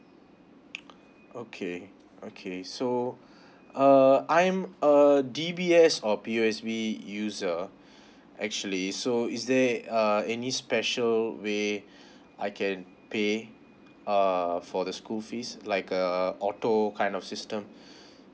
okay okay so uh I'm a D_B_S or _P_U_S_B user actually so is there uh any special way I can pay uh for the school fees like a auto kind of system